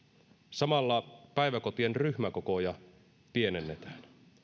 samalla päiväkotien ryhmäkokoja pienennetään